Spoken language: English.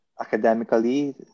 academically